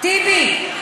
טיבי,